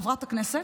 חברת הכנסת,